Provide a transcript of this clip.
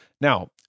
Now